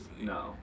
No